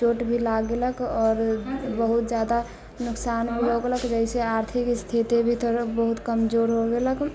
चोट भी लागि गेलक आओर बहुत ज्यादा नोकसान भी हो गेलक जइसे आर्थिक स्थिति भी थोड़ा बहुत कमजोर हो गेलक